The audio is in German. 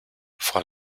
vor